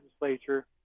legislature